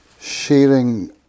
sharing